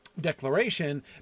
declaration